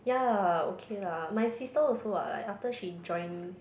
ya okay lah my sister also what like after she join